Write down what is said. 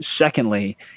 Secondly